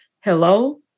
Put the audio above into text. hello